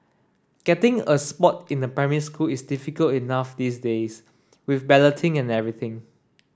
getting a spot in a primary school is difficult enough these days with balloting and everything